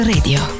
Radio